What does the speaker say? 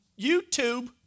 YouTube